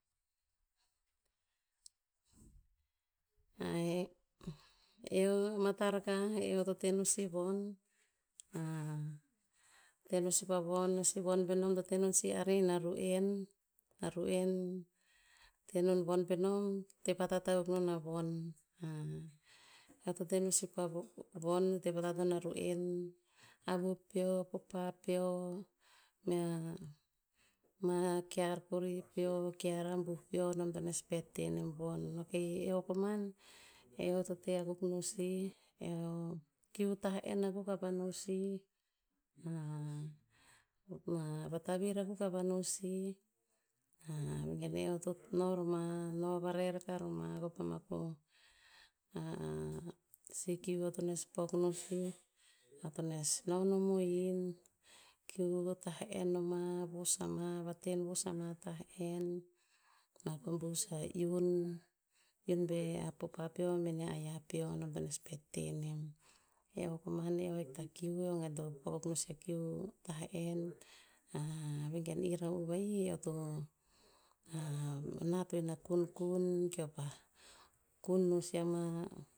eo mata rakah, eo to te no sih von. teno sih pah von asi von penom to tenon sih arihin na ru'en- na ru'en, tenon von penom tevatat akuk non von. Eo to teno sih pa von, tevat non a ru'en, avu peo, popa peo, mea, ma kear kori peo, kear abuh peo nom to nes pet tenem von. Ok eo koman, eo to teha kuk sih, eo kiu tah en akuk ava no sih, vatavir akuk avano sih, gen eoto noroma, novare rakah roma kopa ma ko sikiu eo tones pok no sih, eoto nes no mohin, kiu tah'en noma, vosama, vaten vos ama tah'en, eo bus ia iun, iun pe popa peo bene ayea peo, nom tones pet tenem. Eo koman eo ahik ta kiu, eo gen to pok akuk no sih a kiu tah'en, vegen irr to, va'ih eoto nat o'in a kunkun keo pah kun no sih ama